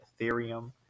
Ethereum